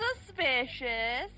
suspicious